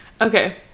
okay